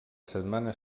setmana